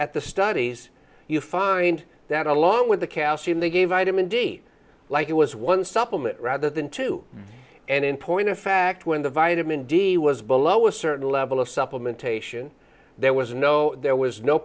at the studies you find that along with the casting they gave item indeed like it was one supplement rather than two and in point of fact when the vitamin d was below a certain level of supplementation there was no there was no